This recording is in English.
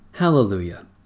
Hallelujah